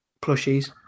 plushies